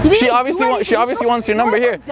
she obviously she obviously wants your number, here. yeah